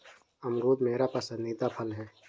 अमरूद मेरा पसंदीदा फल है